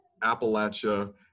Appalachia